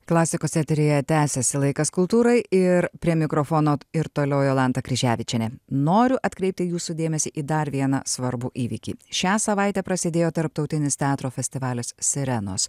klasikos eteryje tęsiasi laikas kultūrai ir prie mikrofono ir toliau jolanta kryževičienė noriu atkreipti jūsų dėmesį į dar vieną svarbų įvykį šią savaitę prasidėjo tarptautinis teatro festivalis sirenos